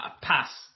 pass